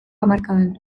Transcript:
hamarkadan